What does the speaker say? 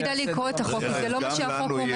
אולי כדאי לקרוא את החוק, כי זה לא מה שהחוק אומר.